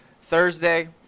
Thursday